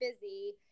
busy